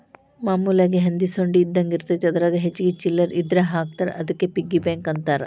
ಮಾಮೂಲಾಗಿ ಹಂದಿ ಸೊಂಡಿ ಇದ್ದಂಗ ಇರತೈತಿ ಅದರಾಗ ಹೆಚ್ಚಿಗಿ ಚಿಲ್ಲರ್ ಇದ್ರ ಹಾಕ್ತಾರಾ ಅದಕ್ಕ ಪಿಗ್ಗಿ ಬ್ಯಾಂಕ್ ಅಂತಾರ